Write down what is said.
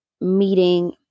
meeting